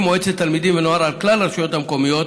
מועצת תלמידים ונוער על כלל הרשויות המקומיות.